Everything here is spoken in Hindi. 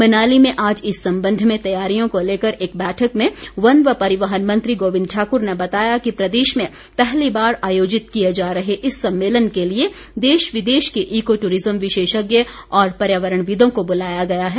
मनाली में आज इस संबंध में तैयारियों को लेकर एक बैठक में वन व परिवहन मंत्री गोविंद ठाकुर ने बताया कि प्रदेश में पहली बार आयोजित किए जा रहे इस सम्मेलन के लिए देश विदेश के ईको टूरिज़्म विशेषज्ञ और पर्यावरणविदों को बुलाया गया है